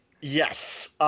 Yes